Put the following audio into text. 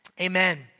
Amen